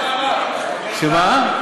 מה?